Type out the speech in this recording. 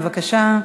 בבקשה.